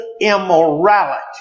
immorality